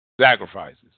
sacrifices